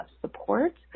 support